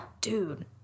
Dude